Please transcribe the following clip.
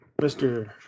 Mr